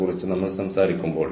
പിന്നെ നിങ്ങൾക്ക് ഒരു അടുപ്പുണ്ട്